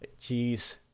Jeez